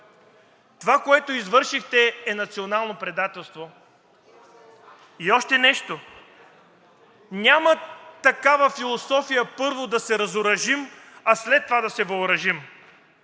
това, което извършихте, е национално предателство! И още нещо – няма такава философия, първо, да се разоръжим, а след това да се въоръжим.